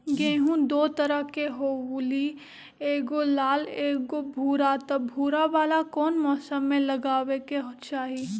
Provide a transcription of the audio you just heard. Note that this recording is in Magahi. गेंहू दो तरह के होअ ली एगो लाल एगो भूरा त भूरा वाला कौन मौसम मे लगाबे के चाहि?